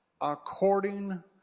according